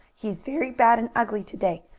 he is very bad and ugly to-day.